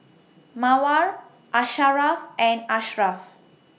Mawar Asharaff and Ashraff